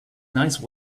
nice